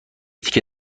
تیکه